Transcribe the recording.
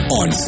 on